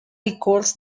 records